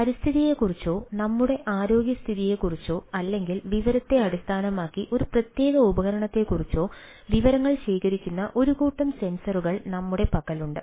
പരിസ്ഥിതിയെക്കുറിച്ചോ നമ്മുടെ ആരോഗ്യസ്ഥിതിയെക്കുറിച്ചോ അല്ലെങ്കിൽ വിവരത്തെ അടിസ്ഥാനമാക്കി ഒരു പ്രത്യേക ഉപകരണത്തെക്കുറിച്ചോ വിവരങ്ങൾ ശേഖരിക്കുന്ന ഒരു കൂട്ടം സെൻസറുകൾ നമ്മുടെ പക്കലുണ്ട്